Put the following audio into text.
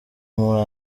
muri